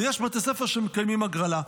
ויש בתי ספר שמקיימים הגרלה.